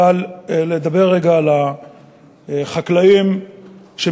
אבל לדבר רגע על החקלאים במדינת ישראל,